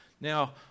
Now